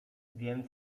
więc